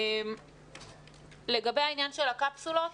לגבי העניין של הקפסולות,